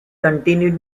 continued